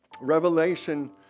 Revelation